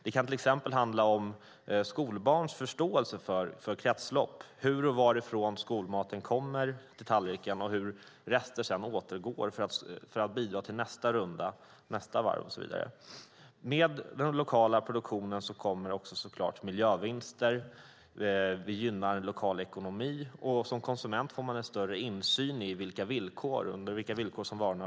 Det kan till exempel handla om skolbarns förståelse för kretslopp - hur och varifrån skolmaten kommer till tallriken och hur rester sedan återgår för att bidra till nästa varv och så vidare. Med den lokala produktionen kommer även så klart miljövinster. Det gynnar lokal ekonomi, och som konsument får man större insyn i vilka villkor varorna har producerats under.